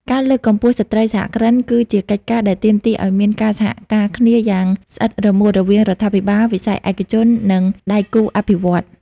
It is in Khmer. ការលើកកម្ពស់ស្ត្រីសហគ្រិន គឺជាកិច្ចការដែលទាមទារឱ្យមានការសហការគ្នាយ៉ាងស្អិតរមួតរវាងរដ្ឋាភិបាល វិស័យឯកជន និងដៃគូអភិវឌ្ឍន៍។